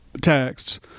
texts